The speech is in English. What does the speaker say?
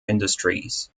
industries